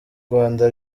rwanda